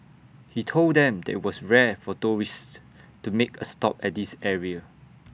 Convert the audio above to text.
he told them that IT was rare for tourists to make A stop at this area